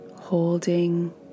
holding